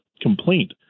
complaint